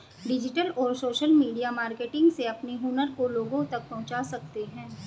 digital और social media marketing से अपने हुनर को लोगो तक पहुंचा सकते है